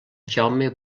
jaume